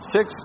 Six